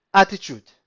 attitude